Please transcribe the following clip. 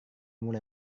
mulai